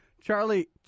Charlie